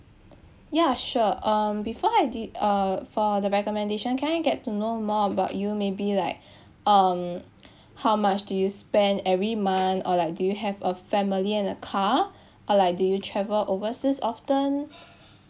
ya sure um before I did uh for the recommendation can I get to know more about you maybe like um how much do you spend every month or like do you have a family and a car or like do you travel overseas often